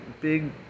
big